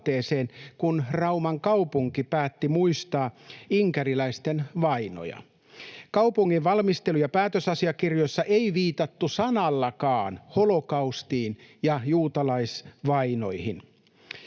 kun Rauman kaupunki päätti muistaa inkeriläisten vainoja. Kaupungin valmistelu- ja päätösasiakirjoissa ei viitattu sanallakaan holokaustiin ja juutalaisvainoihin.